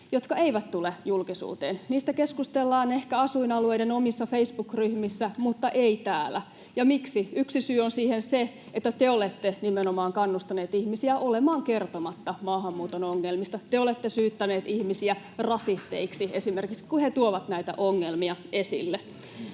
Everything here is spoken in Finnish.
jotka eivät tule julkisuuteen. Niistä keskustellaan ehkä asuinalueiden omissa Facebook-ryhmissä mutta ei täällä. Ja miksi? Yksi syy on siihen se, että te olette nimenomaan kannustaneet ihmisiä olemaan kertomatta maahanmuuton ongelmista, te olette syyttäneet ihmisiä rasisteiksi esimerkiksi, kun he tuovat näitä ongelmia esille.